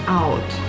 out